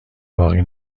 باقی